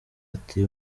ati